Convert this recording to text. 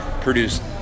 produced